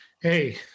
hey